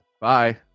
bye